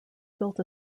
built